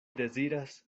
deziras